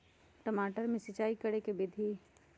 टमाटर में सिचाई करे के की विधि हई?